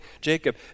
Jacob